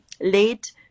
late